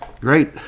great